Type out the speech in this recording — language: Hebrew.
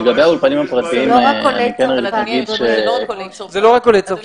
לגבי האולפנים הפרטיים --- זה לא רק עולי צרפת.